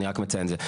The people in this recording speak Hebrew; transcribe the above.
אני רק מציין את זה.